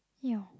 yeah